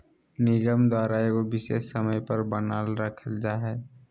निगम द्वारा एगो विशेष समय पर बनाल रखल जा हइ